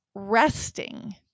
resting